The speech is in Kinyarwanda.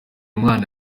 umwana